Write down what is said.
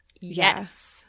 Yes